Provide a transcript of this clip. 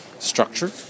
Structure